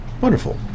Wonderful